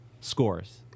scores